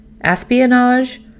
espionage